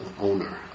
owner